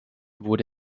wurde